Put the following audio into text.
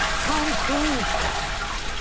tom cruise, perhaps.